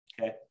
okay